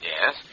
Yes